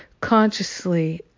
consciously